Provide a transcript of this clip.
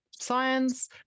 Science